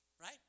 right